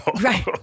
right